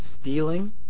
stealing